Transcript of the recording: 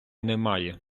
немає